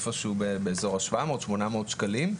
איפשהו באזור ה-700-800 שקלים.